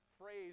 phrase